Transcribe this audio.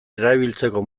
erabiltzeko